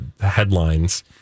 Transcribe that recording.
headlines